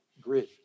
grid